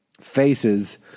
faces